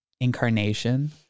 incarnation